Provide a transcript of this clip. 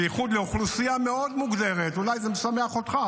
בייחוד לאוכלוסייה מאוד מוגדרת ------ אולי זה משמח אותך,